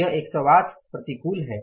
यह 108 प्रतिकूल है